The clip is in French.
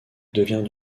devient